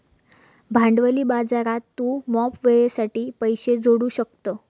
भांडवली बाजारात तू मोप वेळेसाठी पैशे जोडू शकतं